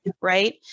right